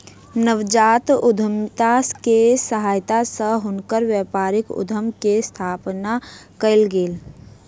नवजात उद्यमिता के सहायता सॅ हुनकर व्यापारिक उद्यम के स्थापना कयल गेल